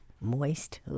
moist